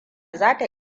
zai